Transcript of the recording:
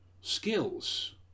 skills